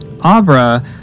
Abra